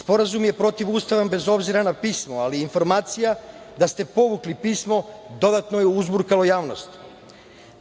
Sporazum je protivustavan bez obzira na pismo, ali informacija da ste povukli pismo dodatno je uzburkala javnost.